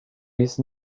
with